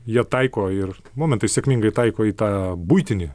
jie taiko ir momentais sėkmingai taiko į tą buitinį